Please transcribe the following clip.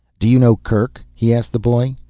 do you know kerk? he asked the boy.